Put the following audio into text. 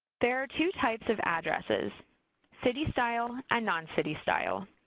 there are two types of addresses city-style and non-city style.